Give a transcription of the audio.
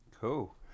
Cool